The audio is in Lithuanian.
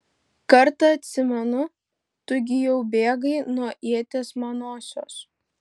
kartą atsimenu tu gi jau bėgai nuo ieties manosios